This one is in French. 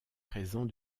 présent